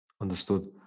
Understood